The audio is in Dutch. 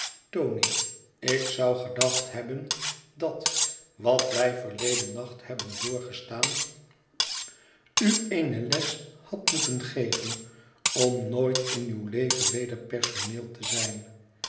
tony ik zou gedacht hebben dat wat wij verleden nacht hebben doorgestaan u eene les had moeten geven om nooit in uw leven weder personeel te zijn